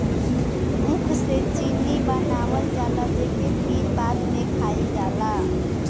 ऊख से चीनी बनावल जाला जेके फिर बाद में खाइल जाला